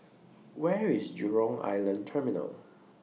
Where IS Jurong Island Terminal